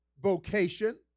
vocation